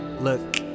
Look